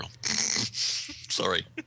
Sorry